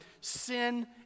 Sin